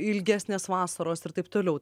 ilgesnės vasaros ir taip toliau